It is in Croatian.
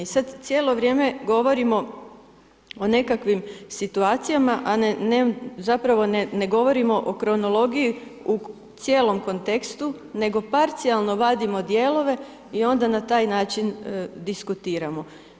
I sad cijelo vrijeme govorimo o nekakvim situacijama, a zapravo ne govorimo o kronologiji u cijelom kontekstu nego parcijalno vadimo dijelove i onda na taj način diskutiramo.